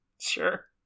Sure